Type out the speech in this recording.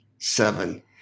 Seven